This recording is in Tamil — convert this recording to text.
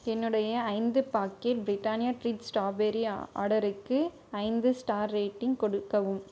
என்னுடைய ஐந்து பாக்கெட் பிரிட்டானியா ட்ரீட் ஸ்ட்ராபெர்ரி ஆர்டருக்கு ஐந்து ஸ்டார் ரேட்டிங் கொடுக்கவும்